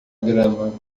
grama